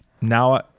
Now